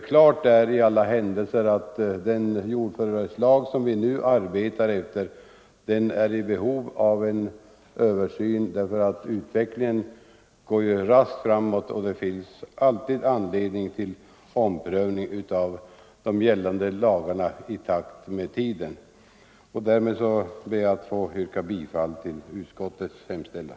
Klart är i alla händelser att den jordförvärvslag som vi nu arbetar efter är i behov av en översyn. Utvecklingen går raskt framåt, och det finns alltid anledning till omprövning av de gällande lagarna i takt med tiden. Därmed ber jag, fru talman, att få yrka bifall till utskottets hemställan.